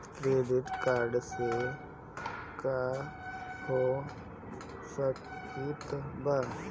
Credit card से का हो सकइत बा?